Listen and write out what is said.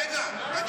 הי רגע, רגע.